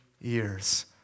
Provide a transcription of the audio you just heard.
years